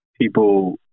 people